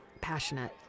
passionate